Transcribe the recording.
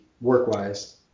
work-wise